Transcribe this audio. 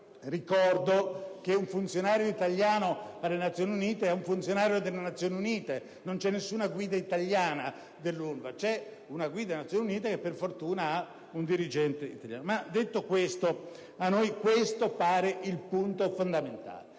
ricordo che un funzionario italiano alle Nazioni Unite è un funzionario delle Nazioni Unite: non c'è nessuna guida italiana dell'UNRWA, c'è una guida delle Nazioni Unite che, per fortuna, è attribuita ad un dirigente italiano. A noi questo sembra il punto fondamentale